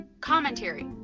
commentary